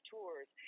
Tours